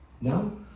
No